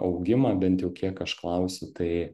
augimą bent jau kiek aš klausiu tai